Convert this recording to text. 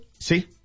See